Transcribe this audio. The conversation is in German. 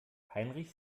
heinrich